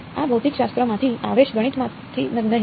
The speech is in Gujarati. આ ભૌતિકશાસ્ત્રમાંથી આવશે ગણિતમાંથી નહીં